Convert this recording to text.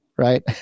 right